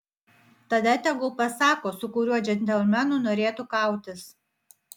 tada tegul pasako su kuriuo džentelmenu norėtų kautis